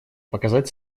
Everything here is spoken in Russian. показать